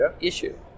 issue